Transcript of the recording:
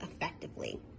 effectively